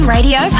Radio